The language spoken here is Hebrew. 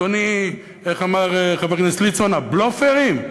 אדוני, איך אמר חבר הכנסת ליצמן, "בלופרים"?